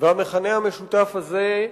והמכנה המשותף הזה,